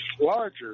larger